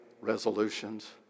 Resolutions